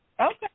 Okay